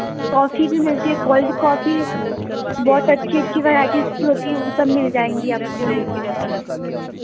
coffee भी मिलती है कोल्ड कॉफी बहुत अच्छी अच्छी वैरायटीज़ की होती है वह सब मिल जाएँगी आपको